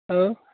औ